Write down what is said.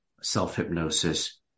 self-hypnosis